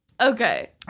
okay